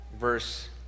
verse